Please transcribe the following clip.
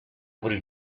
able